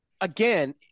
again